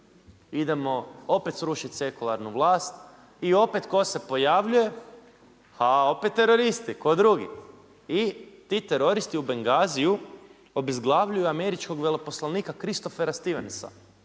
idemo opet srušiti sekularnu vlast i opet tko se pojavljuje, ha opet teroristi ko drugi. I ti teroristi u Bengaziu obezglavljuju američkog veleposlanika Christophera Stevensa,